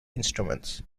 instruments